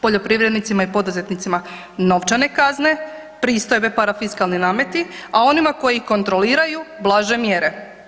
Poljoprivrednicima i poduzetnicima novčane kazne, pristojbe, parafiskalni nameti, a onima koji kontroliraju, blaže mjere.